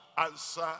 answer